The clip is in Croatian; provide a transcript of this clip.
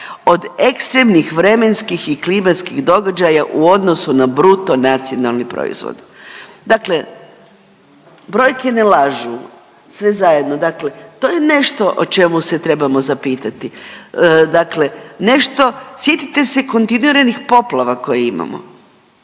od ekstremnih vremenskih i klimatskih događaja u odnosu na bruto nacionalni proizvod. Dakle, brojke ne lažu sve zajedno, dakle to je nešto o čemu se trebamo zapitati, dakle nešto sjetite se kontinuiranih poplava koje imamo,